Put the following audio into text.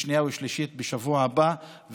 בקריאה שנייה ושלישית בשבוע הבא,